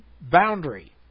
boundary